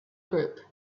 group